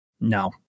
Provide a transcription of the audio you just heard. no